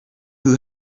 who